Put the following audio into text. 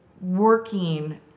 working